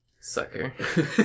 Sucker